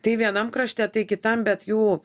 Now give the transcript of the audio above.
tai vienam krašte tai kitam bet jų